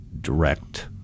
direct